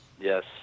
Yes